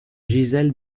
gisèle